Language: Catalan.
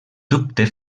dubte